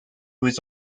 was